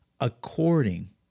according